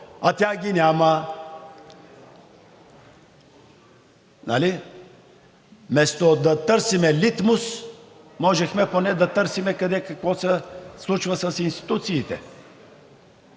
а тях ги няма. Нали? Вместо да търсим „литмус“, можехме поне да търсим къде какво се случва с институциите.